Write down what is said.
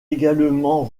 également